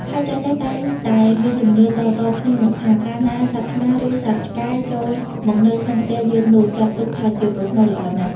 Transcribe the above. ហើយចាស់ៗតែងតែមានជំនឿតៗគ្នាមកថា កាលណាសត្វឆ្មា ឬសត្វឆ្កែ ចូលមកនៅក្នុងផ្ទះយើងនោះ ចាត់ទុកថាជាប្រផ្នូលល្អណាស់។